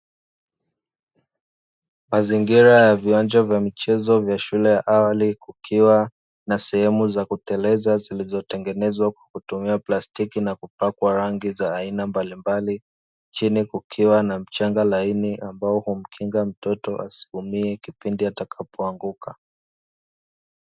Mazingira ya viwanja vya michezo vya shule ya awali kukiwa na sehemu za kuteleza zilizotengenezwa kukutumia plastiki na kupakwa rangi za aina mbalimbali, chini kukiwa na mchanga laini ambayo inamkinga mtoto asiumie kipindi atakapoanguka.